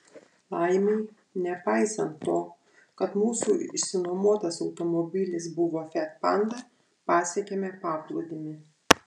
laimei nepaisant to kad mūsų išsinuomotas automobilis buvo fiat panda pasiekėme paplūdimį